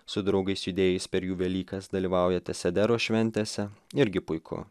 su draugais judėjais per jų velykas dalyvaujate sedero šventėse irgi puiku